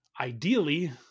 ideally